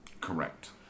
Correct